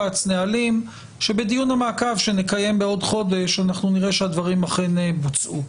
ונהלים שבדיון המעקב שנקיים בעוד חודש אנחנו נראה שהדברים אכן בוצעו.